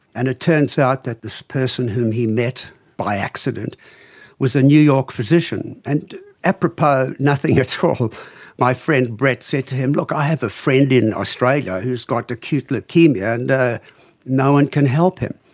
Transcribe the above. and it turns out that this person whom he met by accident was a new york physician, and apropos of nothing at all my friend brett said to him, look, i have a friend in australia who has got acute leukaemia and no one can help him.